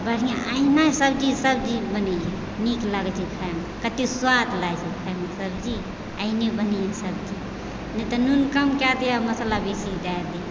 तऽ बढ़िआँ अहिना सभ किछुके सब्जी बनेलियै नीक लागै छै खायमे कत्ते स्वाद लागै छै खायमे सब्जी अहिने बनेलियै सब्जी नहि तऽ नून कम कए दियौ मसल्ला बेसी दए दियौ